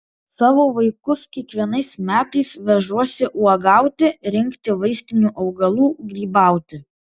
savo vaikus kiekvienais metais vežuosi uogauti rinkti vaistinių augalų grybauti